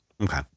Okay